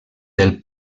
del